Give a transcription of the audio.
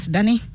Danny